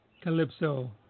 Calypso